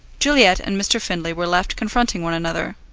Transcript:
juliet and mr. findlay were left confronting one another.